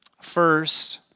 First